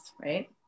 right